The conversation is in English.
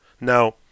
Now